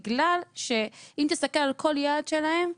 בגלל שאם תסתכל על כל יעד שלהם,